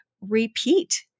repeat